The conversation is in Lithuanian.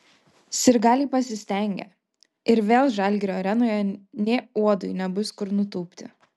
sirgaliai pasistengė ir vėl žalgirio arenoje nė uodui nebus kur nutūpti